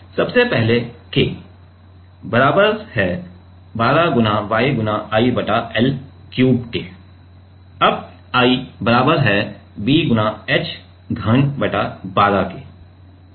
सबसे पहले K बराबर 12 YI बटा L क्यूब है अब I बराबर b h घन बटा 12 है